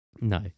No